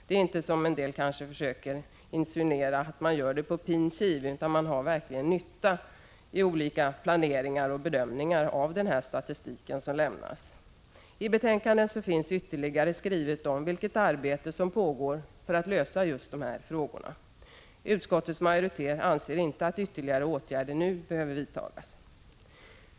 Det är inte så, som en del kanske försöker insinuera, att man gör det på pin kiv, utan man har vid olika planeringar och bedömningar verkligen nytta av den statistik som lämnas. I betänkandet finns ytterligare skrivet om vilket arbete som pågår för att lösa just de här frågorna. Utskottets majoritet anser inte att ytterligare åtgärder nu behöver vidtas.